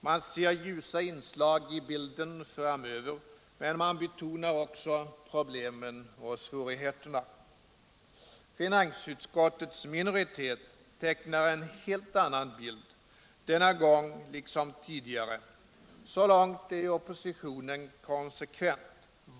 Man ser ljusa inslag i bilden framöver, men man betonar också problemen och svårigheterna. Finansutskottets minoritet tecknar en helt annan bild, denna gång liksom tidigare. Så långt är oppositionen konsekvent.